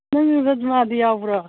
ꯅꯪ ꯔꯖꯃꯥꯗꯤ ꯌꯥꯎꯕ꯭ꯔꯣ